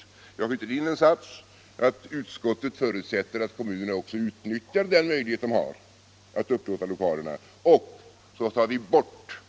Dels vill vi skjuta in en sats om att utskottet förutsätter att kommunerna också utnyttjar denna möjlighet att upplåta lokalerna. Dels vill vi ta bort